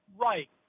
right